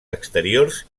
exteriors